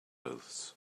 oaths